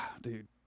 dude